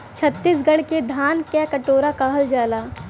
छतीसगढ़ के धान क कटोरा कहल जाला